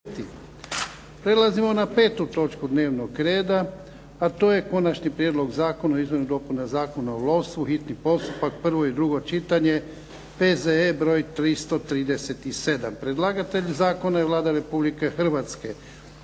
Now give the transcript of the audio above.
Prelazimo na 5. točku dnevnog reda. - Konačni prijedlog zakona o izmjenama i dopunama Zakona o lovstvu, hitni postupak, prvo i drugo čitanje, P.Z. br. 337 Predlagatelj zakona je Vlada Republike Hrvatske.